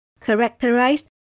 characterized